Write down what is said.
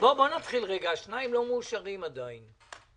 שניים לא מאושרים עדיין.